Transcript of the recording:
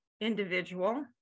individual